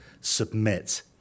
submit